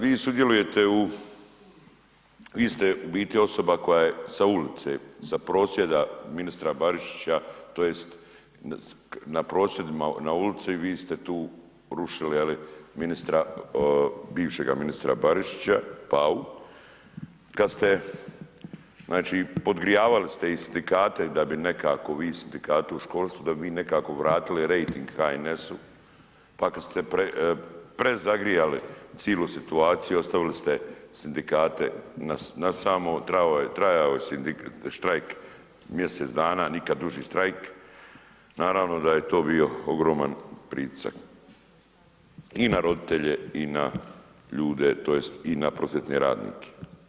Vi sudjelujete u, vi ste u biti osoba koja je sa ulice, sa prosvjeda ministra Barišića tj. na prosvjedima na ulici vi ste tu rušili je li ministra, bivšega ministra Barišića, Pavu, kad ste znači podgrijavali ste i sindikate da bi nekako, vi sindikate u školstvu da bi vi nekako vratili rejting HNS-u, pa kad ste prezagrijali cilu situaciju ostavili ste sindikate na samo, trajao je štrajk mjesec dana, nikad duži štrajk, naravno da je to bio ogroman pritisak i na roditelje i na ljude tj. i na prosvjetne radnike.